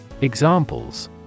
Examples